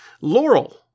Laurel